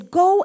go